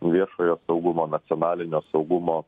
viešojo saugumo nacionalinio saugumo